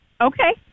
Okay